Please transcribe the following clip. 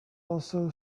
also